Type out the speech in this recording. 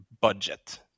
budget